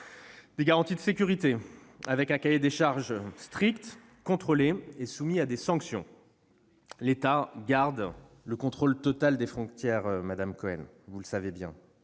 des garanties de sécurité, avec un cahier des charges strict, contrôlé et soumis à des sanctions. L'État garde le contrôle total des frontières, madame Cohen, vous le savez bien.